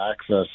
access